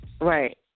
Right